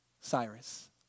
Cyrus